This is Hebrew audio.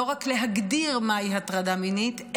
לא רק להגדיר מהי הטרדה מינית,